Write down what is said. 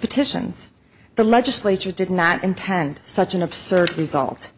petitions the legislature did not intend such an absurd result